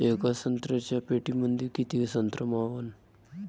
येका संत्र्याच्या पेटीमंदी किती संत्र मावन?